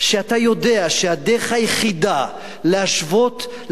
שאתה יודע שהדרך היחידה להשוות,